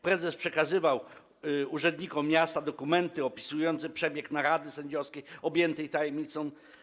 Prezes przekazywał urzędnikom miasta dokumenty opisujące przebieg narady sędziowskiej objętej tajemnicą.